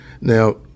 Now